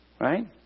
Right